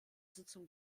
sitzung